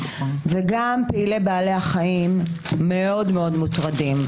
גם פעילי בעלי החיים מאוד מוטרדים.